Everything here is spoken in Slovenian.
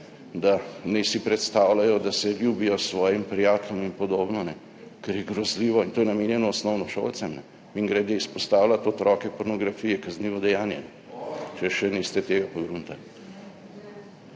da naj si predstavljajo, da se ljubijo svojim prijateljem in podobno, kar je grozljivo, in to je namenjeno osnovnošolcem. Mimogrede, izpostavljati otroke pornografi, je kaznivo dejanje, če še niste tega pogruntali.